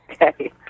Okay